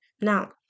Now